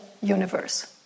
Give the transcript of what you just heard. universe